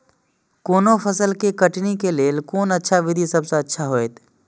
कोनो फसल के कटनी के लेल कोन अच्छा विधि सबसँ अच्छा होयत?